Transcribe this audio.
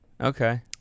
Okay